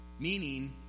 Meaning